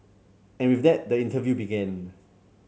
and with that the interview began